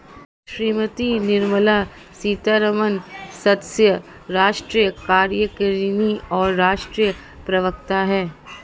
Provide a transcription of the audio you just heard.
श्रीमती निर्मला सीतारमण सदस्य, राष्ट्रीय कार्यकारिणी और राष्ट्रीय प्रवक्ता हैं